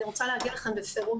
אני רוצה להגיד לכם בפירוש,